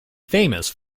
famous